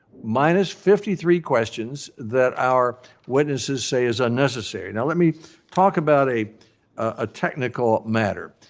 minus fifty three questions that our witnesses say is unnecessary. now, let me talk about a ah technical matter.